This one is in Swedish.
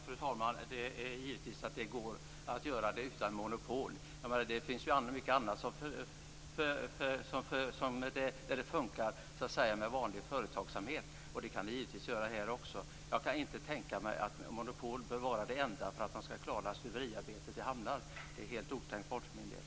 Fru talman! Det går givetvis att sköta detta utan monopol. Det finns mycket annat som fungerar med vanlig företagsamhet, och det kan det givetvis göra här också. Jag kan inte tänka mig att monopol är det enda som gör att man klarar stuveriarbetet. Det är helt otänkbart för min del.